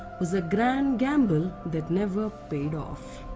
was a grand gamble that never paid off.